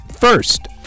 First